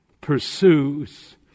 pursues